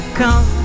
come